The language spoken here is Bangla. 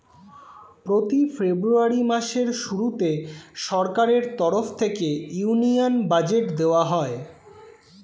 প্রতি ফেব্রুয়ারি মাসের শুরুতে সরকারের তরফ থেকে ইউনিয়ন বাজেট দেওয়া হয়